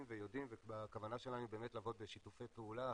ויודעים והכוונה שלהם היא באמת לעבוד בשיתופי פעולה.